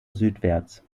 südwärts